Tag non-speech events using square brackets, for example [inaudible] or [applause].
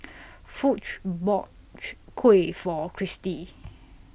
Foch bought [noise] Kuih For Cristi